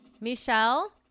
Michelle